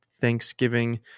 thanksgiving